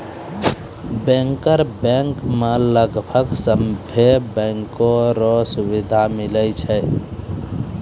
bankers bank मे लगभग सभे बैंको रो सुविधा मिलै छै